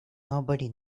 nobody